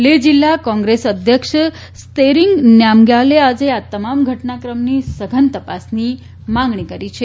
લેહ જિલ્લા કોંગ્રેસ અધ્યક્ષ સેરિંગ નામગ્યાલે આજે આ તમામ ઘટનાક્રમની સઘન તપાસની માંગણી કરી છે